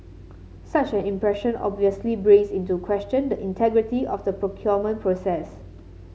such an impression obviously brings into question the integrity of the procurement process